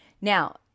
Now